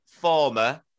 former